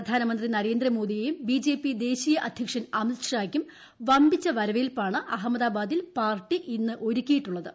പ്രധാനമന്ത്രി നരേന്ദ്രമോദിയെയും BJP ്ദേശീയ അധ്യക്ഷൻ അമിത്ഷയ്ക്കും വമ്പിച്ച വരവേൽപ്പാണ്ട് അഹമ്മദാബാദിൽ പാർട്ടി ഇന്ന് ഒരുക്കിയിട്ടുള്ളത്